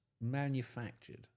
manufactured